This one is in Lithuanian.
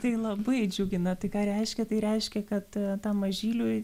tai labai džiugina tai ką reiškia tai reiškia kad mažyliui